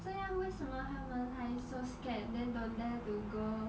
这样为什么他们还 so scared then don't dare to go